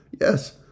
Yes